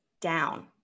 down